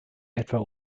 etwa